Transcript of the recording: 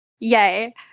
Yay